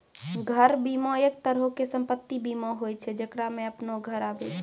घर बीमा, एक तरहो के सम्पति बीमा होय छै जेकरा मे अपनो घर आबै छै